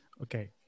okay